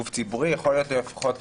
גוף ציבורי יכול להיות כפוף,